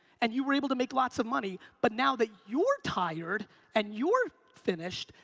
and you were able to make lots of money, but now that you're tired and you're finished,